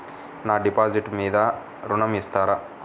నా డిపాజిట్ మీద ఋణం ఇస్తారా?